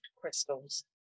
crystals